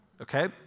Okay